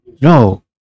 No